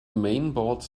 mainboards